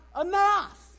enough